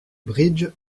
bridge